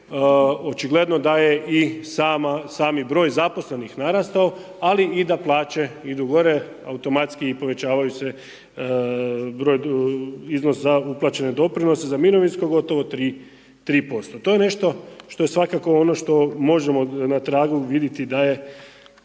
očigledno da je i sami broj zaposlenih narastao, ali i da plaće idu gore, automatski povećavaju se broj, iznos za uplaćene doprinose, za mirovinsko gotovo 3%. To je nešto što svakako ono što možemo na tragu vidjeti da se